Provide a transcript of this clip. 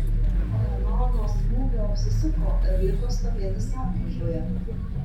renault nuo smūgio apsisuko ir liko stovėti sankryžoje